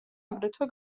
აგრეთვე